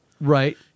Right